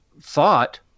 thought